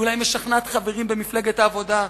היא אולי משכנעת חברים במפלגת העבודה,